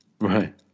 Right